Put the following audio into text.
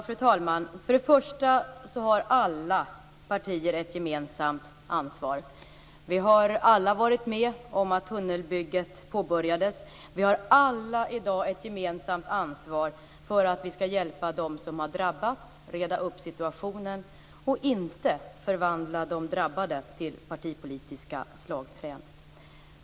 Fru talman! För det första har alla partier ett gemensamt ansvar. Vi har alla varit med om att tunnelbygget påbörjades och vi har alla i dag ett gemensamt ansvar för att hjälpa dem som har drabbats, reda upp situationen och inte förvandla de drabbade till partipolitiska slagträn.